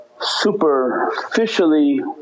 superficially